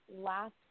Last